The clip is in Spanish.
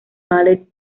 ballet